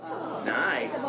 Nice